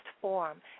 form